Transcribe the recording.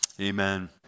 Amen